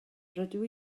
rydw